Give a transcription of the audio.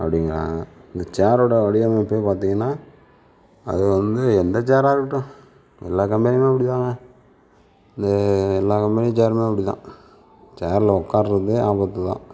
அப்படிங்குறாங்க இந்த சேரோட வடிவமைப்பே பார்த்திங்கன்னா அது வந்து எந்த சேராக இருக்கட்டும் எல்லா கம்பெனியுமே அப்படி தான் இந்த எல்லா கம்பெனி சேருமே அப்படி தான் சேர்ல உட்காரதே ஆபத்து தான்